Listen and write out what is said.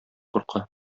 курка